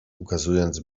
ukazując